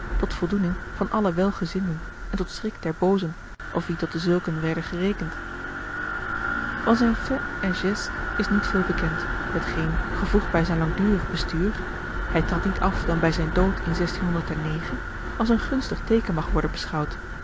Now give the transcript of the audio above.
tot voldoening van alle welgezinden en tot schrik der boozen of wie tot dezulken werden gerekend van zijne faits et gestes is niet veel bekend hetgeen gevoegd bij zijn langdurig bestuur hij trad niet af dan bij zijn dood in als een gunstig teeken mag worden beschouwd